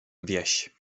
wieś